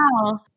Wow